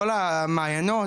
כל המעיינות,